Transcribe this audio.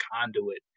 conduit